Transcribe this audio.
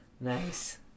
Nice